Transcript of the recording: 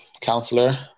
counselor